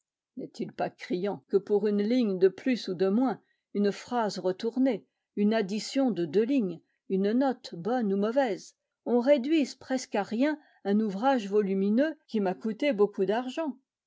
n'est-il pas criant que pour une ligne de plus ou de moins une phrase retournée une addition de deux lignes une note bonne ou mauvaise on réduise presque à rien un ouvrage volumineux qui m'a coûté beaucoup d'argent